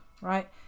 right